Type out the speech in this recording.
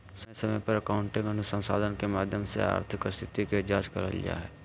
समय समय पर अकाउन्टिंग अनुसंधान के माध्यम से आर्थिक स्थिति के जांच कईल जा हइ